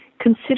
Consider